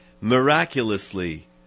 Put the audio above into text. Miraculously